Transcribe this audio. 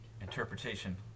Interpretation